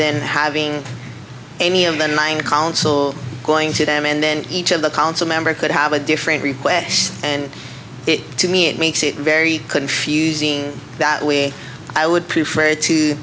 than having any of that in mind council going to them and then each of the council member could have a different request and it to me it makes it very confusing that way i would prefer to